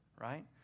right